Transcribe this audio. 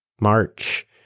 March